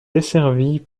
desservies